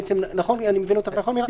אני מבין אותך נכון, מירה?